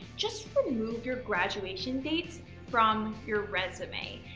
just remove your graduation dates from your resume.